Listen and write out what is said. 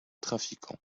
trafiquants